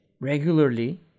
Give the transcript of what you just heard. regularly